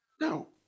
no